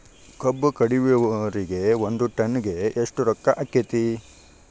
ಕಬ್ಬು ಕಡಿಯುವರಿಗೆ ಒಂದ್ ಟನ್ ಗೆ ಎಷ್ಟ್ ರೊಕ್ಕ ಆಕ್ಕೆತಿ?